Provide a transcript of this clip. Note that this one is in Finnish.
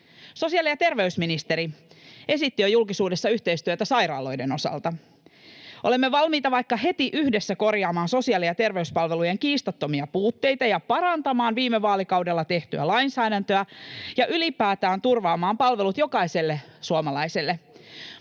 Sosiaali- ja terveysministeri esitti jo julkisuudessa yhteistyötä sairaaloiden osalta. Olemme valmiita vaikka heti yhdessä korjaamaan sosiaali- ja terveyspalvelujen kiistattomia puutteita ja parantamaan viime vaalikaudella tehtyä lainsäädäntöä ja ylipäätään turvaamaan palvelut jokaiselle suomalaiselle.